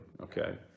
Okay